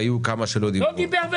והיו כמה שלא דיברו,